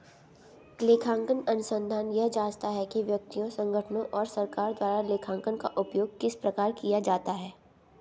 लेखांकन अनुसंधान यह जाँचता है कि व्यक्तियों संगठनों और सरकार द्वारा लेखांकन का उपयोग किस प्रकार किया जाता है